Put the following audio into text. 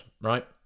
right